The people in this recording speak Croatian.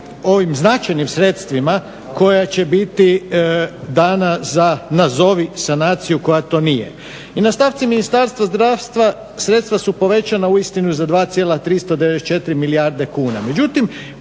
ovim značajnim sredstvima koja će biti dana za nazovi sanaciju koja to nije. I na stavci Ministarstva zdravstva sredstva su povećana uistinu za 2,394 milijarde kuna.